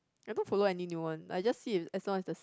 I'm not follow any new one I just see as long as these